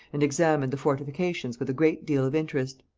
and examined the fortifications with a great deal of interest.